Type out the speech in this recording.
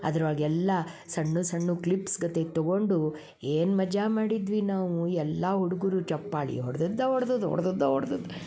ಅದ್ರೊಳ್ಗೆ ಎಲ್ಲಾ ಸಣ್ಣ ಸಣ್ಣ ಕ್ಲಿಪ್ಸ್ ಗತಿಗೆ ತಗೊಂಡು ಏನು ಮಜಾ ಮಾಡಿದ್ವಿ ನಾವು ಎಲ್ಲಾ ಹುಡುಗರು ಚಪ್ಪಾಳಿ ಹೊಡ್ದದ್ದಾ ಹೊಡ್ದದ್ದು ಹೊಡ್ದದ್ದಾ ಹೊಡ್ದದ್ದು